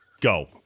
Go